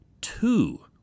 two